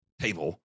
table